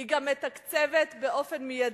היא גם מתקצבת באופן מיידי,